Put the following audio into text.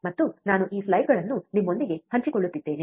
ಮತ್ತು ನಾನು ಈ ಸ್ಲೈಡ್ಗಳನ್ನು ನಿಮ್ಮೊಂದಿಗೆ ಹಂಚಿಕೊಳ್ಳುತ್ತಿದ್ದೇನೆ